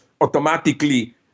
automatically